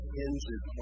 hinges